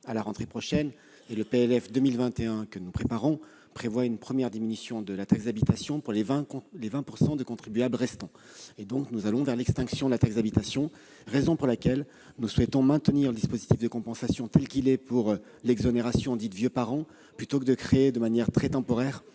à la rentrée prochaine. Le PLF pour 2021 que nous préparons instaure une première diminution de la taxe d'habitation pour les 20 % des contribuables restants. Nous allons donc vers l'extinction de la taxe d'habitation, raison pour laquelle nous préférons maintenir le dispositif de compensation, tel qu'il existe, pour l'exonération « vieux parents » que créer de manière très temporaire